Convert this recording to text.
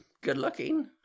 good-looking